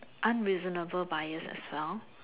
unreasonable buyers as well